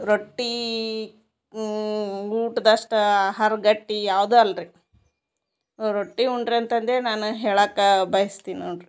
ರೊಟ್ಟಿ ಊಟದಷ್ಟಾ ಆಹಾರ ಗಟ್ಟಿ ಯಾವುದು ಅಲ್ಲರಿ ರೊಟ್ಟಿ ಉಂಡರಂತಂದೇ ನಾನು ಹೇಳಕಾ ಬಯಸ್ತೀನಿ ನೋಡ್ರಿ